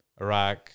Iraq